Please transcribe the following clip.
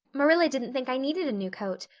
marilla didn't think i needed a new coat.